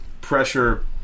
pressure